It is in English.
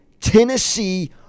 Tennessee